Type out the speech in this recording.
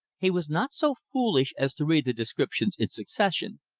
he was not so foolish as to read the descriptions in succession,